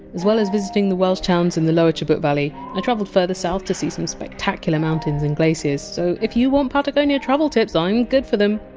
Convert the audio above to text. as well as visiting the welsh towns in the lower chubut valley, i travelled further south to see some spectacular mountains and glaciers so if you want patagonia travel tips, i! m good for them.